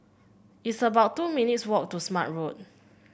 it's about two minutes' walk to Smart Road